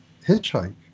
hitchhike